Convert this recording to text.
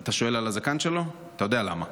אתה שואל על הזקן שלו, אתה יודע למה.